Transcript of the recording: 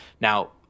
Now